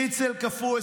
שניצל קפוא,